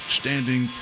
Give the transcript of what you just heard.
standing